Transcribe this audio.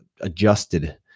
adjusted